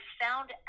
found